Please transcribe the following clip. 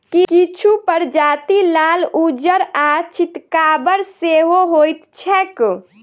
किछु प्रजाति लाल, उज्जर आ चितकाबर सेहो होइत छैक